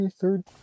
third